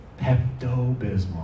Pepto-Bismol